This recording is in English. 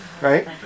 Right